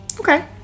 Okay